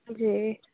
جی